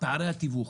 פערי התיווך,